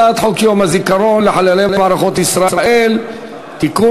הצעת חוק יום הזיכרון לחללי מערכות ישראל (תיקון,